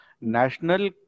national